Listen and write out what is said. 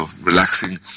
relaxing